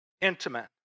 intimate